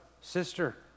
sister